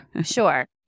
Sure